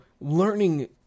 learning